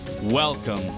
Welcome